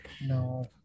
No